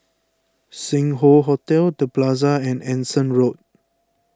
Sing Hoe Hotel the Plaza and Anson Road